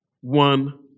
one